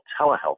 telehealth